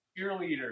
cheerleader